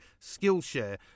Skillshare